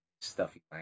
stuffy